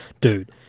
dude